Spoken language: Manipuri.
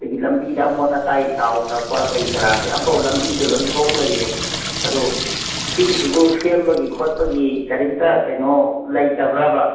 ꯑꯗꯒꯤ ꯂꯝꯕꯤꯗ ꯑꯃꯣꯠ ꯑꯀꯥꯏ ꯇꯥꯎꯊꯔꯛꯄ ꯀꯔꯤ ꯀꯔꯥꯁꯦ ꯑꯝꯐꯥꯎ ꯂꯝꯕꯤꯗ ꯂꯣꯏ ꯊꯣꯛ ꯂꯩꯔꯦ ꯑꯗꯨ ꯁꯤꯒꯤꯁꯤꯕꯨ ꯁꯦꯝꯕꯒꯤ ꯈꯣꯠꯄꯒꯤ ꯀꯔꯤꯝꯇ ꯀꯩꯅꯣ ꯂꯩꯇꯕ꯭ꯔꯕ